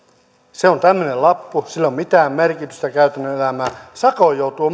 se on tämmöinen lappu sillä ei ole mitään merkitystä käytännön elämässä sakon joutuu